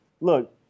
look